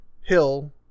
hill